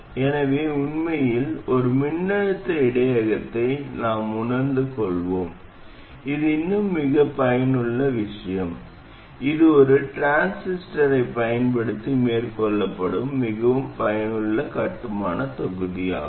எனவே உண்மையில் ஒரு மின்னழுத்த இடையகத்தை நாம் உணர்ந்து கொள்வோம் அது இன்னும் மிகவும் பயனுள்ள விஷயம் இது ஒரு டிரான்சிஸ்டரைப் பயன்படுத்தி மேற்கொள்ளப்படும் மிகவும் பயனுள்ள கட்டுமானத் தொகுதியாகும்